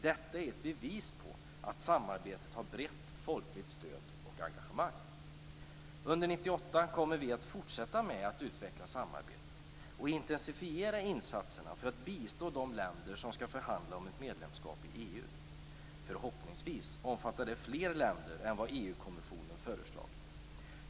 Detta är ett bevis på att samarbetet har brett folkligt stöd och att det finns engagemang. Under 1998 kommer vi att fortsätta med att utveckla samarbetet och intensifiera insatserna för att bistå de länder som skall förhandla om ett medlemskap i EU. Förhoppningsvis omfattar det fler länder än vad EU-kommissionen föreslagit.